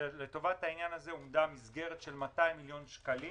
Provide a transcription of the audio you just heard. לטובת העניין הזה הועמדה מסגרת של 200 מיליון שקלים,